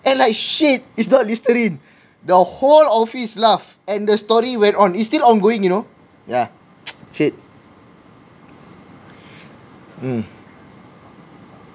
and like shit it's not listerine the whole office laughed and the story went on it's still ongoing you know yeah shit um